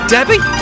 Debbie